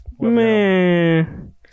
man